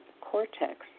cortex